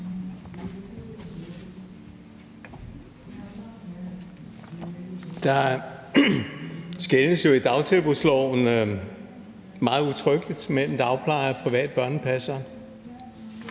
Der skelnes jo i dagtilbudsloven meget udtrykkeligt mellem dagpleje og private børnepassere.